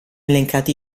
elencati